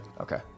Okay